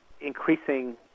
increasing